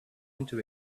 into